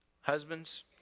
Husbands